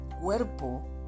cuerpo